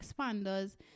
expanders